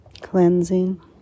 cleansing